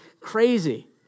crazy